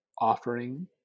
offering